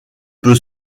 peut